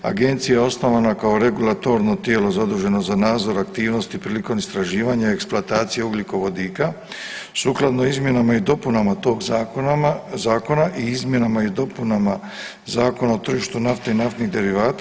Agencija je osnovana kao regulatorno tijelo zaduženo za nadzor aktivnosti prilikom istraživanja i eksploatacije ugljikovodika sukladno izmjenama i dopunama tog zakona i izmjenama i dopunama Zakona o tržištu nafte i naftnih derivata.